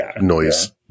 noise